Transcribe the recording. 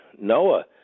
Noah